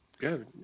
Good